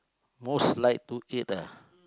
most like to eat ah